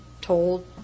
told